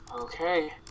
Okay